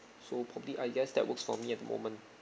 so probably I guess that works for me at the moment